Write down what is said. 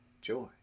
joy